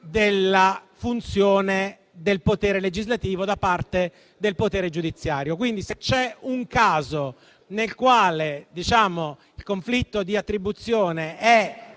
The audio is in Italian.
della funzione del potere legislativo da parte del potere giudiziario. Se c'è quindi un caso nel quale il conflitto di attribuzione è